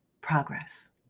progress